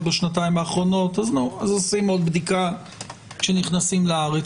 בשנתיים האחרונות אז עושים עוד בדיקה כשנכנסים לארץ.